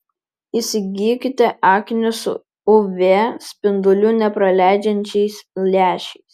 įsigykite akinius su uv spindulių nepraleidžiančiais lęšiais